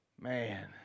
Man